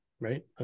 right